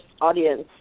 audience